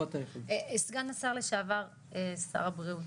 סגן השר לשעבר, שר הבריאות.